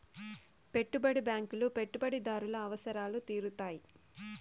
పెట్టుబడి బ్యాంకులు పెట్టుబడిదారుల అవసరాలు తీరుత్తాయి